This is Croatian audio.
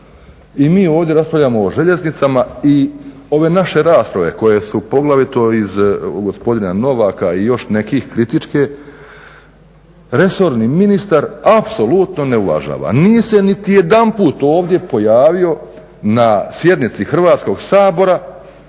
I mi ovdje raspravljamo o željeznicama i ove naše rasprave koje su poglavito iz gospodina Novaka i još nekih kritičke, resorni ministar apsolutno ne uvažava, nije se niti jedanput ovdje pojavio na sjednici Hrvatskog sabora,